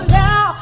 now